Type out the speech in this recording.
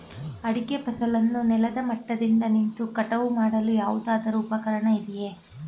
ಅಡಿಕೆ ಫಸಲನ್ನು ನೆಲದ ಮಟ್ಟದಿಂದ ನಿಂತು ಕಟಾವು ಮಾಡಲು ಯಾವುದಾದರು ಉಪಕರಣ ಇದೆಯಾ?